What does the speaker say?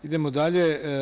Idemo dalje.